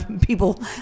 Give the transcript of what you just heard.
People